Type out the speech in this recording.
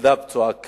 ילדה פצועה קל.